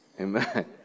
Amen